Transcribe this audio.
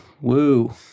Woo